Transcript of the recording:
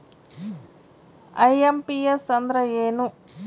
IMPS ಅಂದ್ರ ಏನು?